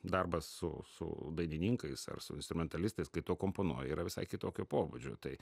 darbas su su dainininkais ar su instrumentalistais kai tu akomponuoji yra visai kitokio pobūdžio tai